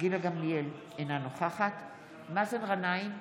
גילה גמליאל, אינה נוכחת מאזן גנאים,